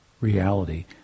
reality